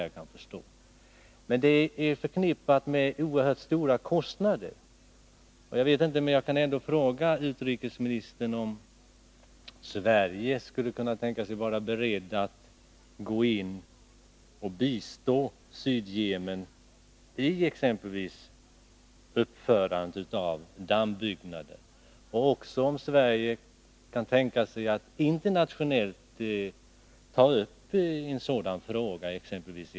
Men det är förknippat med oerhört stora kostnader. Jag vill därför fråga utrikesministern om det är tänkbart att låta Sverige bistå Sydyemen med exempelvis uppförande av dammbyggnader, och vidare om man från svensk sida kan tänka sig att internationellt ta upp en sådan fråga, t.ex. i FN.